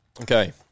Okay